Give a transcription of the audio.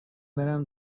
برم